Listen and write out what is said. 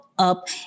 up